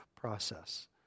process